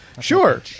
sure